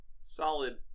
Solid